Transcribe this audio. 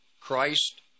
Christ